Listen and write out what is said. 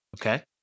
Okay